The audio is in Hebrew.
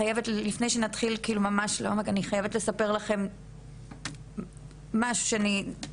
לפני שנתחיל ממש לעומק אני חייבת קודם לספר לכם משהו שאני,